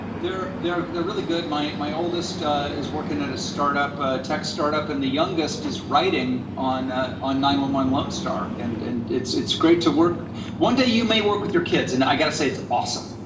they're they're they're really good. my my oldest is working at a startup a tech startup. and the youngest is writing on ah on nine one one lone star. and and it's it's great to work one day, you may work with your kids, and i've got to say, it's awesome.